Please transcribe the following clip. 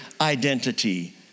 identity